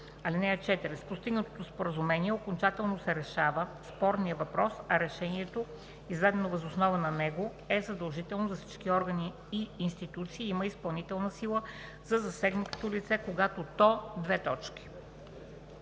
„(4) С постигнатото споразумение окончателно се решава спорният въпрос, а решението, издадено въз основа на него, е задължително за всички органи и институции и има изпълнителна сила за засегнатото лице, когато то:“ По